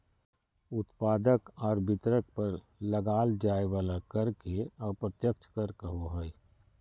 उत्पादक आर वितरक पर लगाल जाय वला कर के अप्रत्यक्ष कर कहो हइ